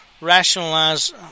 rationalize